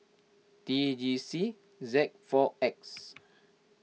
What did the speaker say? T G C Z four X